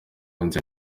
yannick